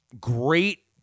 great